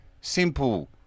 simple